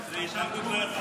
לא יפה,